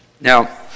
Now